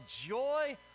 joy